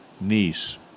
niece